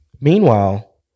Meanwhile